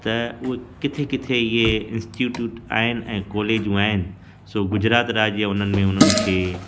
त उहे किथे किथे इहे इंस्टीट्यूट आहिनि ऐं कॉलेजूं आहिनि सो गुजरात राज्य उन्हनि में उन्हनि खे